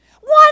One